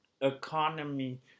Economy